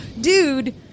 dude